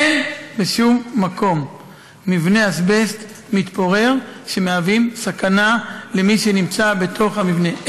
אין בשום מקום מבני אזבסט מתפורר שמהווים סכנה למי שנמצא בתוך המבנה.